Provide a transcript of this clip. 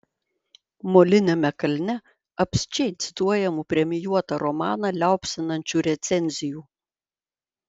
moliniame kalne apsčiai cituojamų premijuotą romaną liaupsinančių recenzijų